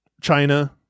China